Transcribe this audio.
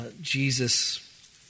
Jesus